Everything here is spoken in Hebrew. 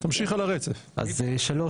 בסדר.